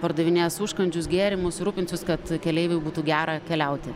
pardavinės užkandžius gėrimus rūpinsis kad keleiviui būtų gera keliauti